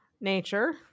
nature